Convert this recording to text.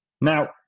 Now